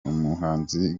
umuhanzi